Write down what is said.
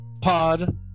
Pod